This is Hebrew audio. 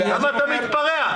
למה אתה מתפרע?